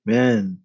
Man